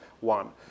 one